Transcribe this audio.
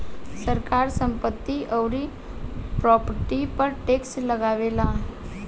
सरकार संपत्ति अउरी प्रॉपर्टी पर टैक्स लगावेला